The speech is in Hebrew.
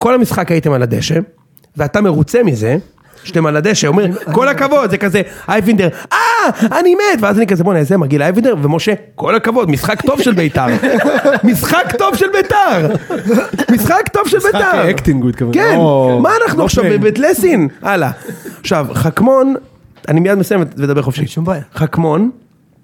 כל המשחק הייתם על הדשא ואתה מרוצה מזה שאתם על הדשא, אומר, כל הכבוד, זה כזה, אייבינדר, אה, אני מת, ואז אני כזה, בוא נעשה מגיל אייבינדר, ומשה, כל הכבוד, משחק טוב של ביתר, משחק טוב של ביתר, משחק טוב של ביתר. משחק האקטינגוד, כמובן. כן, מה אנחנו עכשיו, בבית לסין? הלאה. עכשיו, חכמון, אני מיד מסיים ודבר חופשי. שום בעיה. חכמון.